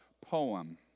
poem